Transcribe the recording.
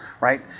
right